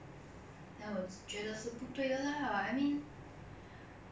is statues more important than your own people just because their skin color is different